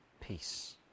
peace